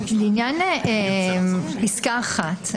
לעניין פסקה (1).